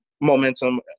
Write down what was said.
momentum